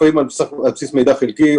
לפעמים על בסיס מידע חלקי,